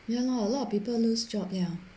ya lor a lot of people lose job ya